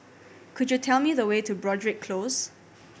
could you tell me the way to Broadrick Close